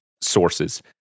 sources